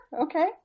okay